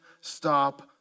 stop